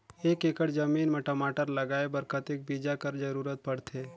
एक एकड़ जमीन म टमाटर लगाय बर कतेक बीजा कर जरूरत पड़थे?